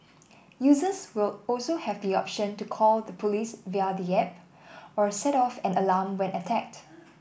users will also have the option to call the police via the app or set off an alarm when attacked